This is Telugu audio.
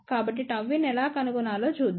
కాబట్టిΓin ఎలా కనుగొనాలో చూద్దాం